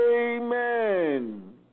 Amen